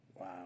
Wow